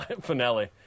finale